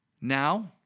Now